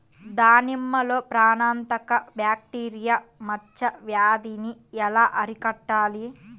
దానిమ్మలో ప్రాణాంతక బ్యాక్టీరియా మచ్చ వ్యాధినీ ఎలా అరికట్టాలి?